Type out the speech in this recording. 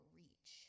reach